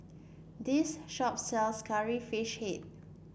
this shop sells Curry Fish Head